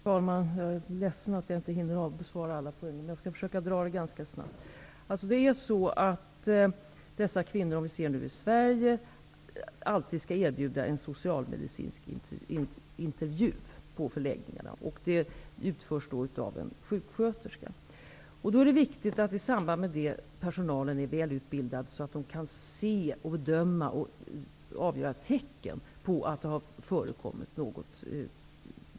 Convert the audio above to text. Fru talman! Jag är ledsen att jag inte hinner besvara alla frågor, men jag skall försöka att besvara dem ganska snabbt. Dessa kvinnor som kommer hit till Sverige skall alltid erbjudas en socialmedicinsk intervju på förläggningarna. Den utförs av en sjuksköterska. Det är då viktigt att personalen är välutbildad så att man kan bedöma och se tecken om något traumatiskt har förekommit.